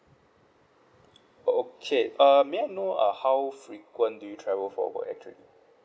okay uh may I know err how frequent do you travel for work actually